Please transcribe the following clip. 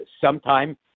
sometime